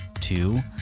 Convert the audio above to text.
two